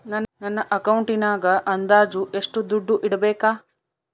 ನನ್ನ ಅಕೌಂಟಿನಾಗ ಅಂದಾಜು ಎಷ್ಟು ದುಡ್ಡು ಇಡಬೇಕಾ?